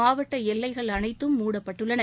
மாவட்ட எல்லைகள் அனைத்தும் மூடப்பட்டுள்ளன